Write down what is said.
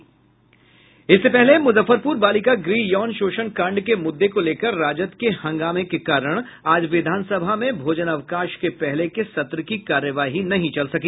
इससे पहले मुजफ्फरपुर बालिका गृह यौन शोषण कांड के मुद्दे को लेकर राजद के हंगामे के कारण आज विधानसभा में भोजनावकाश के पहले के सत्र की कार्यवाही नहीं चल सकी